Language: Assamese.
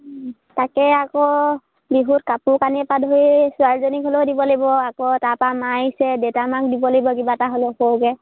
তাকে আকৌ বিহুত কাপোৰ কানি পৰা ধৰি ছোৱালীজনীক হ'লেও দিব লাগিব আকৌ তাৰপৰা মা আহিছে দেউতা মাক দিব লাগিব কিবা এটা হ'লেও সৰুকৈ